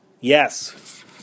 Yes